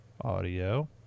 audio